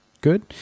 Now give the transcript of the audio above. good